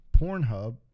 Pornhub